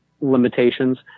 limitations